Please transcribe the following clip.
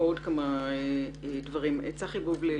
צחי בובליל,